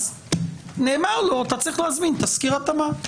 אז נאמר לו: אתה צריך להזמין תסקיר התאמה,